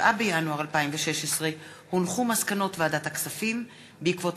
ב-27 בינואר 2016 הונחו מסקנות ועדת הכספים בעקבות